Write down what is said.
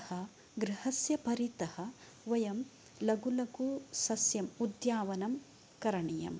अतः गृहस्य परितः वयं लघु लघु सस्यम् उद्यावनं करणीयम्